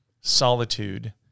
solitude